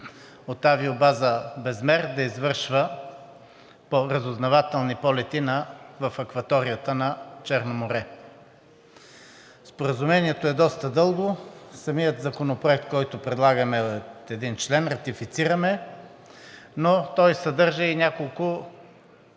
от авиобаза Безмер да извършва разузнавателни полети в акваторията на Черно море. Споразумението е доста дълго. Самият законопроект, който предлагаме, е от един член – ратифициране, но той съдържа и няколко